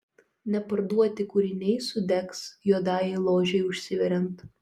neparduoti kūriniai sudegs juodajai ložei užsiveriant